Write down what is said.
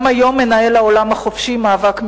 גם היום מנהל העולם החופשי מאבק,